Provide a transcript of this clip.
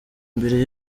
imbere